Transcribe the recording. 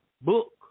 book